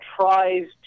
tries